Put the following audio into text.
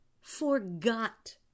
forgot